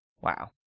wow